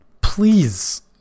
please